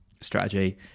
strategy